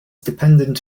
dependent